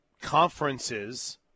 conferences